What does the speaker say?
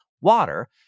water